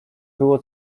było